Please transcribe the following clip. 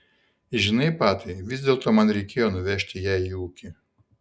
žinai patai vis dėlto man reikėjo nuvežti ją į ūkį